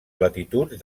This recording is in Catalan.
latituds